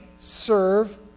serve